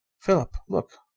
philip! look!